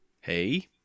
hey